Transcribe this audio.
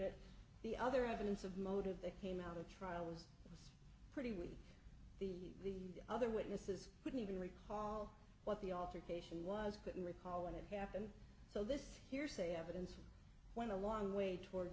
it the other evidence of motive that came out of trial was pretty weak the other witnesses couldn't even recall what the altercation was couldn't recall when it happened so this hearsay evidence went a long way toward